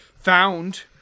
found